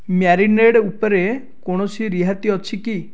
marinade ଉପରେ କୌଣସି ରିହାତି ଅଛି କି